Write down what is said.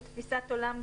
כתפיסת עולם,